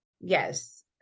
yes